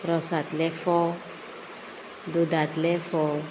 रोसांतले फोव दुदांतले फोव